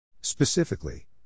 Specifically